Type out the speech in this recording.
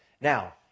Now